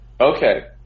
Okay